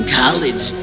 college